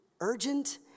urgent